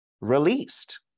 released